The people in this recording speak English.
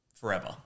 forever